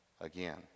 again